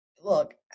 look